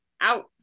Out